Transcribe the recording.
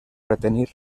retenir